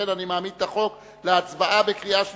לכן אני מעמיד את החוק להצבעה בקריאה שלישית.